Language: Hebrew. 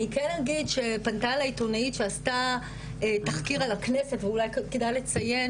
אני כן אגיד שפנתה אלי עיתונאית שעשתה תחקיר על הכנסת ואולי כדאי לציין,